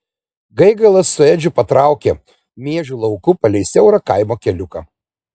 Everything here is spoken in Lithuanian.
gaigalas su edžiu patraukė miežių lauku palei siaurą kaimo keliuką